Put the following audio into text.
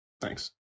thanks